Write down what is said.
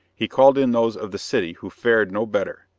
he called in those of the city, who fared no better.